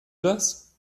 das